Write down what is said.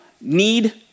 need